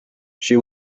she